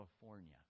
California